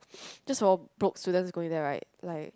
just for broke students going there right like